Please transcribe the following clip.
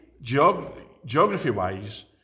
geography-wise